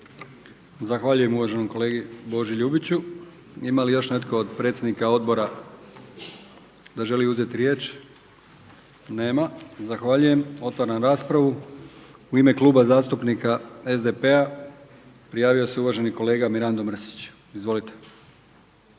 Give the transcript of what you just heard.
Zahvaljujem uvaženom kolegi Boži Ljubiću. Ima li još netko od predsjednika odbora da želi uzeti riječ? Nema. Zahvaljujem. Otvaram raspravu. U ime Kluba zastupnika SDP-a prijavio se uvaženi kolega Mirando Mrsić. Izvolite.